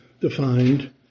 defined